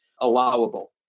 allowable